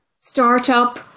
startup